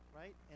right